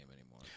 anymore